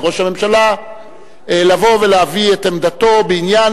מראש הממשלה לבוא ולהביא את עמדתו בעניין